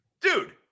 Dude